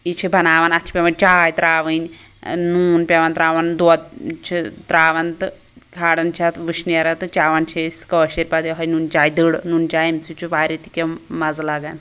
یہِ چھِ بناوان اتھ چھِ پیٚوان چاے ترٛاوٕنۍ ٲں نوٗن پیٚوان ترٛاوُن دۄدھ چھِ ترٛاوان تہٕ کھاڑان چھِ اتھ وشنیرا تہٕ چیٚوان چھِ أسۍ کٲشِرۍ پَتہٕ یہٲے نُن چاے دٔڑ نُن چاے اَمہِ سۭتۍ چھُ واریاہ تہِ کیٚنٛہہ مَزٕ لگان